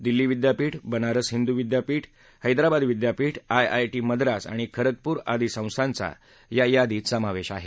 दिल्ली विद्यापीठ बनारस हिंदू विद्यापीठ हैदराबि विद्यापीठ आयआयटी मद्रास आणि खरगपूर आदी संस्थांचा या यादीत समावेश आहे